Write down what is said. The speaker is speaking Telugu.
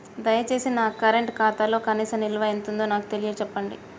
దయచేసి నా కరెంట్ ఖాతాలో కనీస నిల్వ ఎంతుందో నాకు తెలియచెప్పండి